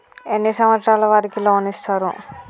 ఎన్ని సంవత్సరాల వారికి లోన్ ఇస్తరు?